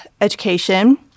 education